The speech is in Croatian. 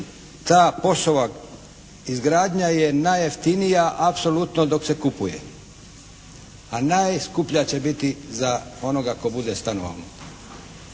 Kao POS-ova izgradnja je najjeftinija dok se kupuje, a najskuplja će biti za onoga tko bude stanovao